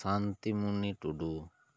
Santimuni Tudu